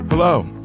Hello